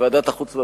ועדת החוץ והביטחון.